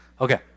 Okay